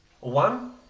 one